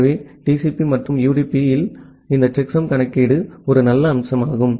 எனவே TCP மற்றும் UDP இல் இந்த செக்சம் கணக்கீடு ஒரு நல்ல அம்சமாகும்